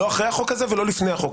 לא אחרי החוק הזה ולא לפניו.